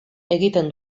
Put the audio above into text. egiten